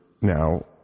now